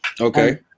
Okay